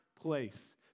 place